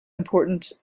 important